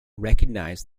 recognised